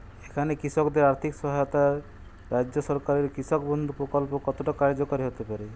এখানে কৃষকদের আর্থিক সহায়তায় রাজ্য সরকারের কৃষক বন্ধু প্রক্ল্প কতটা কার্যকরী হতে পারে?